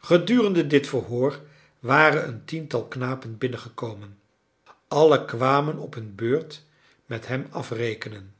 gedurende dit verhoor waren een tiental knapen binnengekomen allen kwamen op hun beurt met hem afrekenen